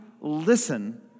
listen